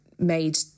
made